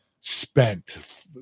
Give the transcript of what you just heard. spent